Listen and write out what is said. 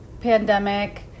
pandemic